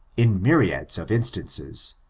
in myriads of instances,